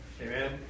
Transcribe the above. Amen